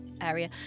area